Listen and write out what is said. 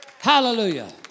Hallelujah